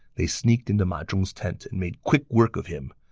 they sneaked into ma zhong's tent and made quick work of him.